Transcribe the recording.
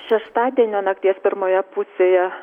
šeštadienio nakties pirmoje pusėje